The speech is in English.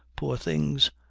poor things!